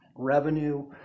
Revenue